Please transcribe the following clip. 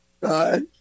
God